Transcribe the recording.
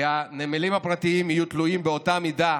כי הנמלים הפרטיים יהיו תלויים באותה מידה